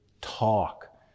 talk